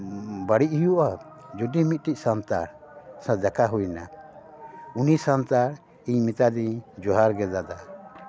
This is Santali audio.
ᱵᱟᱹᱲᱤᱡᱽ ᱦᱩᱭᱩᱜᱼᱟ ᱡᱩᱫᱤ ᱢᱤᱫᱴᱟᱝ ᱥᱟᱱᱛᱟᱲ ᱥᱟᱣ ᱫᱮᱠᱷᱟ ᱦᱩᱭᱮᱱᱟ ᱩᱱᱤ ᱥᱟᱱᱛᱟᱲ ᱤᱧ ᱢᱮᱛᱟ ᱫᱤᱭᱟᱹᱧ ᱡᱚᱦᱟᱨ ᱜᱮ ᱫᱟᱫᱟ